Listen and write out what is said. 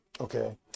okay